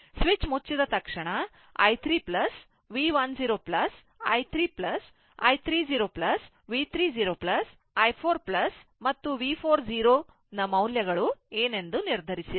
switch ಮುಚ್ಚಿದ ತಕ್ಷಣ i 3 V 1 0 i 3 i 3 0 V 3 0 i 4 0 ಮತ್ತು V 4 0 ನ ಮೌಲ್ಯ ಏನೆಂದು ನಿರ್ಧರಿಸಿರಿ